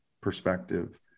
perspective